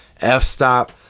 f-stop